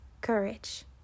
courage